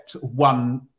one